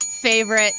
Favorite